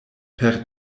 per